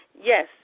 Yes